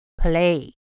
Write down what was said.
play